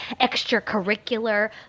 extracurricular